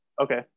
okay